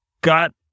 got